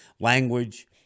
language